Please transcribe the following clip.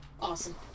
awesome